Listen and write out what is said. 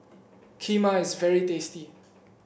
Kheema is very tasty